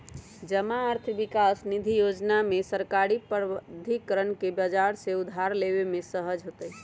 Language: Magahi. जमा अर्थ विकास निधि जोजना में सरकारी प्राधिकरण के बजार से उधार लेबे में सहज होतइ